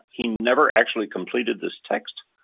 he never actually completed this text.